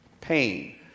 Pain